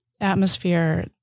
atmosphere